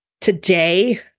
today